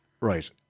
right